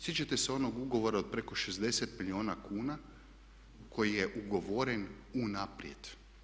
Sjećate se onog ugovora od preko 60 milijuna kuna koji je ugovoren unaprijed.